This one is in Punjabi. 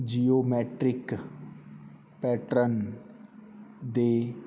ਜਿਓਮੈਟਰਿਕ ਪੈਟਰਨ ਦੇ